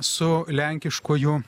su lenkiškuoju